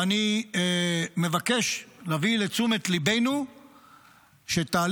ואני מבקש להביא לתשומת ליבנו שתהליך